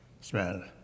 smell